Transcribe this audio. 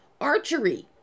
archery